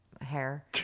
hair